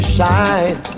shine